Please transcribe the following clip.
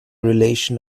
relation